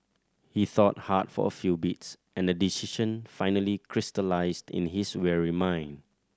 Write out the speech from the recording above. he thought hard for a few beats and a decision finally crystallised in his weary mind